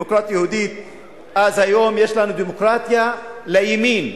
אז היום יש לנו דמוקרטיה לימין.